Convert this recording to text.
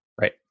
Right